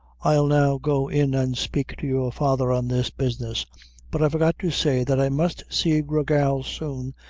i'll now go in an' spake to your father on this business but i forgot to say that i must see gra gal soon,